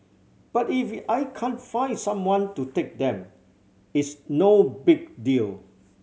but if I can't find someone to take them it's no big deal